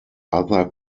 other